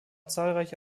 zahlreiche